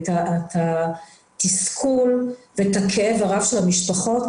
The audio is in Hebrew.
את התסכול ואת הכאב הרב של המשפחות,